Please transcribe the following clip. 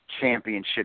championship